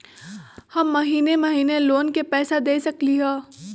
हम महिने महिने लोन के पैसा दे सकली ह?